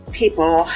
people